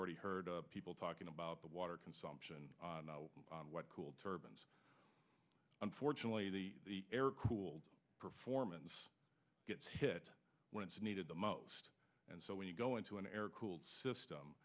already heard people talking about the water consumption what cool turbans unfortunately the air cooled performance gets hit when it's needed the most and so when you go into an air cooled system